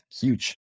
huge